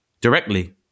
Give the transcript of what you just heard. directly